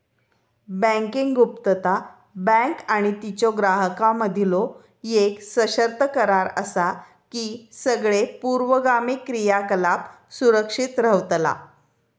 banking गुप्तता, bank आणि तिच्यो ग्राहकांमधीलो येक सशर्त करार असा की सगळे पूर्वगामी क्रियाकलाप सुरक्षित रव्हतला